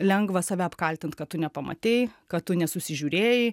lengva save apkaltint kad tu nepamatei kad tu nesusižiūrėjai